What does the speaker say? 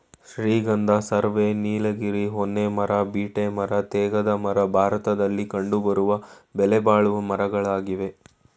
ಶ್ರೀಗಂಧ, ಸರ್ವೆ, ನೀಲಗಿರಿ, ಹೊನ್ನೆ ಮರ, ಬೀಟೆ ಮರ, ತೇಗದ ಮರ ಭಾರತದಲ್ಲಿ ಕಂಡುಬರುವ ಬೆಲೆಬಾಳುವ ಮರಗಳಾಗಿವೆ